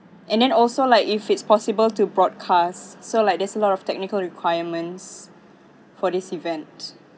and then also like if it's possible to broadcast so like there's a lot of technical requirements for this event